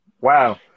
Wow